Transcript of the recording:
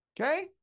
okay